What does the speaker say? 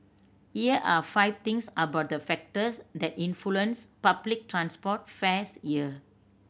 here are five things about the factors that influence public transport fares here